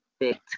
perfect